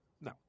No